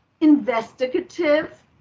investigative